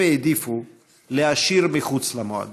הם העדיפו להשאיר מחוץ למועדון.